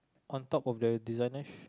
on top of the designer